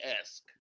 esque